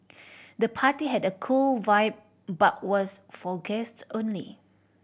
the party had a cool vibe but was for guests only